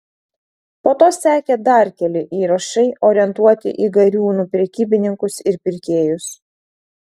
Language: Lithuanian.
po to sekė dar keli įrašai orientuoti į gariūnų prekybininkus ir pirkėjus